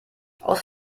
aus